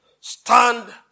Stand